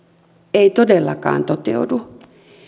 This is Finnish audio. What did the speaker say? ei todellakaan toteudu